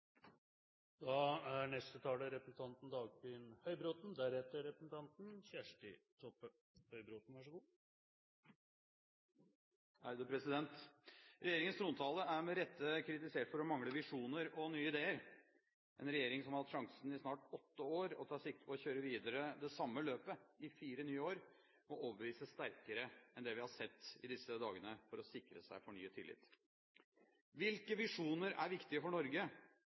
Regjeringens trontale er med rette kritisert for å mangle visjoner og nye ideer. En regjering som har hatt sjansen i snart åtte år og tar sikte på å kjøre videre det samme løpet i fire nye år, må overbevise sterkere enn det vi har sett i disse dagene, for å sikre seg fornyet tillit. Hvilke visjoner er viktige for Norge,